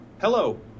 Hello